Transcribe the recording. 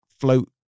float